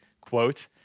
quote